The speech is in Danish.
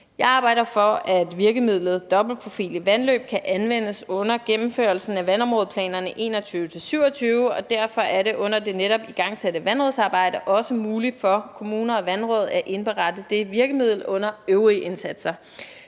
Jeg arbejder for, at virkemidlet dobbeltprofilvandløb kan anvendes under gennemførelsen af vandområdeplanerne 2021-2027, og derfor er det under det netop igangsatte vandrådsarbejde også muligt for kommuner og vandråd at indberette det virkemiddel under øvrige indsatser.